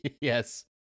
Yes